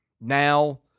now